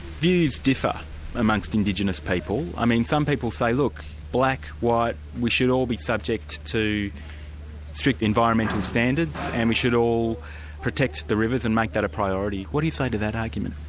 views differ amongst indigenous people. i mean some people say, look, black, white, we should all be subject to strict environmental standards, and we should all protect the rivers and make that a priority. what do you say to that argument?